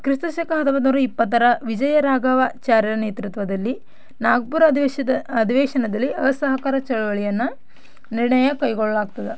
ಕ್ರಿಸ್ತ ಶಕ ಹತ್ತೊಂಬತ್ತು ನೂರ ಇಪ್ಪತ್ತರ ವಿಜಯ ರಾಘವಚಾರ್ಯರ ನೇತೃತ್ವದಲ್ಲಿ ನಾಗ್ಪುರ ಅಧಿವೇಶದ ಅಧಿವೇಶನದಲ್ಲಿ ಅಸಹಕಾರ ಚಳುವಳಿಯನ್ನು ನಿರ್ಣಯ ಕೈಗೊಳ್ಳಲಾಗ್ತದೆ